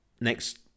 next